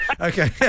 Okay